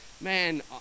man